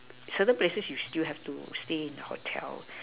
certain places you still have to stay in a hotel